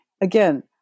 Again